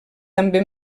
també